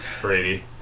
Brady